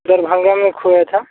दरभंगा में खोया था